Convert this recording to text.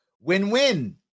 Win-win